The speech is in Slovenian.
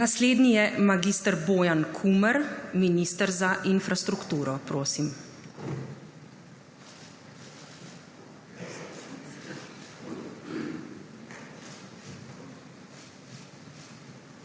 Naslednji je mag. Bojan Kumer, minister za infrastrukturo. Prosim.